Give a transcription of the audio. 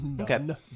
Okay